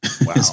Wow